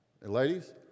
Ladies